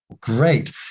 Great